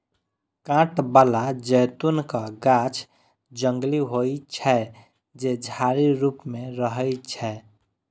कांट बला जैतूनक गाछ जंगली होइ छै, जे झाड़ी रूप मे रहै छै